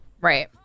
right